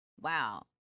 wow